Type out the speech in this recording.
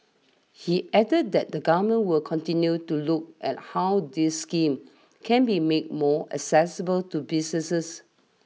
he added that the Government will continue to look at how these schemes can be made more accessible to businesses